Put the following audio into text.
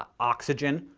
ah oxygen,